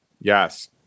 Yes